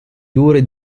duri